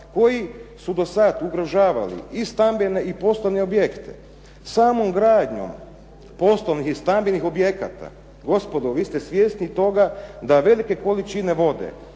koji su do sad ugrožavali i stambene i poslovne objekte. Samom gradnjom poslovnih i stambenih objekata, gospodo vi ste svjesni toga da velike količine vode,